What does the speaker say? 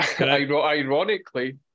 ironically